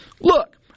look